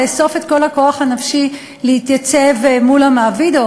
לאסוף את כל הכוח הנפשי להתייצב מול המעביד או